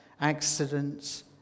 accidents